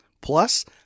Plus